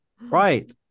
Right